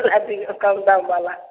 ला दिऔ कम दामबला